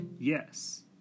Yes